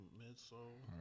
midsole